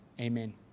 amen